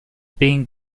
being